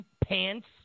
pants